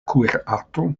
kuirarto